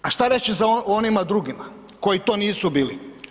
A šta reći za onima drugima koji to nisu bili?